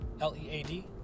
L-E-A-D